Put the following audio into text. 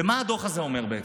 ומה הדוח הזה אומר בעצם?